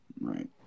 right